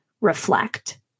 reflect